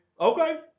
Okay